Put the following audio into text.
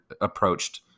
approached